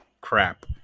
crap